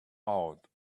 out